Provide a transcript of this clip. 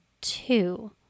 two